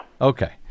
Okay